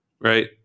Right